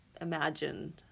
imagined